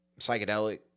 psychedelic